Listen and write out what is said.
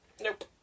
nope